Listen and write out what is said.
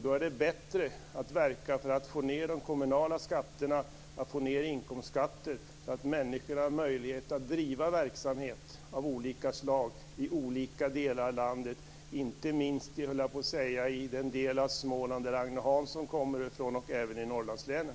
Då är det bättre att verka för att få ned de kommunala skatterna, att få ned inkomstskatterna, så att människor har möjlighet att driva verksamhet av olika slag i olika delar av landet - inte minst den del av Småland Agne Hansson kommer från och även i Norrlandslänen.